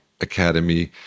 Academy